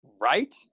Right